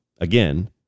again